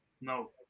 No